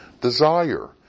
Desire